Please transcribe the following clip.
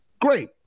Great